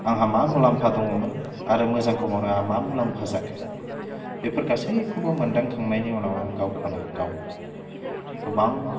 आंहा मा मुलाम्फा दङमोन आरो मोजांखौ मावनायाव आंहा मा मुलाम्फा जाखो बेफोर गासैखौबो मोनदां खांनायनि उनाव आं गावखौनो गाव गोबां